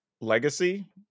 Legacy